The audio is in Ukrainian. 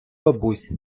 бабусь